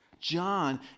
John